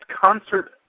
concert